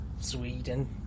Sweden